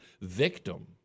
Victim